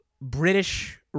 british